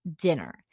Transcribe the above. dinner